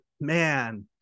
Man